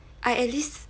I at least